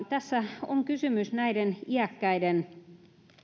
tässä on kysymys näiden iäkkäiden